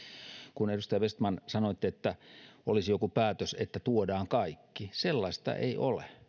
kun sanoitte että olisi joku päätös että tuodaan kaikki sellaista ei ole